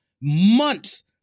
months